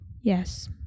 Yes